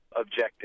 objective